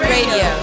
Radio